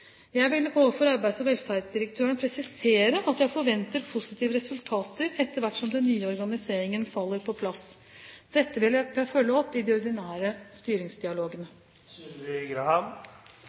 Jeg vil overfor arbeids- og velferdsdirektøren presisere at jeg forventer positive resultater etter hvert som den nye organiseringen faller på plass. Dette vil jeg følge opp i den ordinære styringsdialogen. Flere ganger det siste halvår har vi